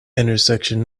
intersection